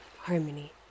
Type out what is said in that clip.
harmony